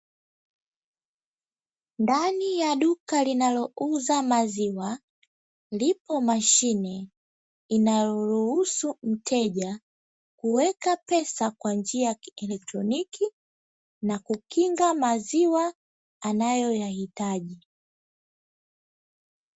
Ndani ya duka linalouza maziwa, lipo mashine inayoruhusu mteja kuweka pesa kwa njia ya kielektroniki na kukinga maziwa anayoyahitaji.